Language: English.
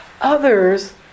others